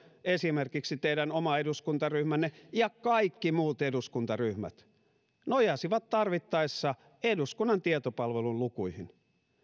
esimerkiksi teidän oma eduskuntaryhmänne ja kaikki muut eduskuntaryhmät nojasivat tarvittaessa eduskunnan tietopalvelun lukuihin